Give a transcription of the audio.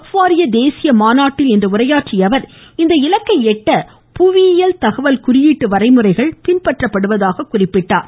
ஃப் வாரிய தேசிய மாநாட்டில் இன்று உரையாற்றிய அவர் இந்த இலக்கை எட்டுவதற்கு புவியியல் தகவல் குறியீட்டு வரைமுறைகள் பின்பற்றப்படுவதாக எடுத்துரைத்தார்